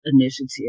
initiative